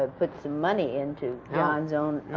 ah put some money into john's own